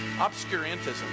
obscurantism